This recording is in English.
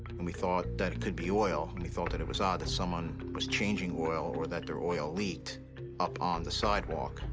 and we thought that it could be oil, and we thought that it was odd that someone was changing oil or that their oil leaked up on the sidewalk,